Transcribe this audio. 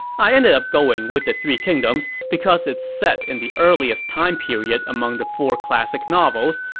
i ended up going with the three kingdoms because it's set in the earliest time period among the four classic novels,